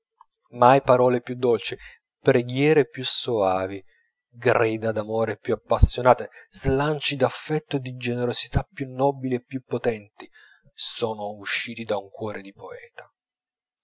no mai parole più dolci preghiere più soavi grida d'amore più appassionate slanci d'affetto e di generosità più nobili e più potenti sono usciti da un cuore di poeta